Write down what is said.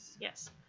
Yes